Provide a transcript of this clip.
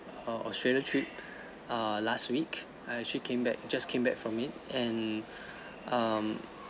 err australia trip err last week I actually came back just came back from it and um